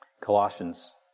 Colossians